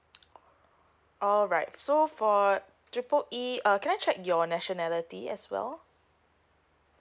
alright so for triple E uh can I check your nationality as well